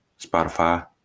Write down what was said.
Spotify